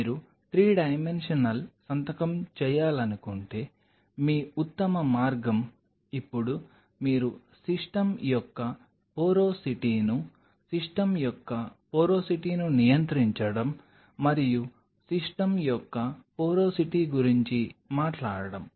మీరు 3 డైమెన్షనల్ సంతకం చేయాలనుకుంటే మీ ఉత్తమ మార్గం ఇప్పుడు మీరు సిస్టమ్ యొక్క పోరోసిటీను సిస్టమ్ యొక్క పోరోసిటీను నియంత్రించడం మరియు సిస్టమ్ యొక్క పోరోసిటీ గురించి మాట్లాడటం